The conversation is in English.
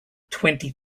twenty